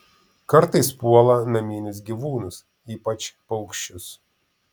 kartais puola naminius gyvūnus ypač paukščius